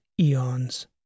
eons